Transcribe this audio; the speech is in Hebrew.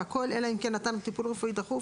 והכול אלא אם כן נתן טיפול רפואי דחוף